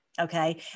okay